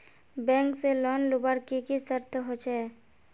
Bank से loan लुबार की की शर्त होचए?